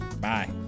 bye